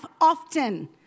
often